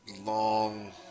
long